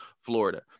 Florida